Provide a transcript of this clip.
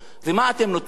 ומה אתם נותנים להם?